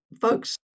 folks